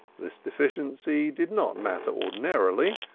this deficiency did not matter ordinarily,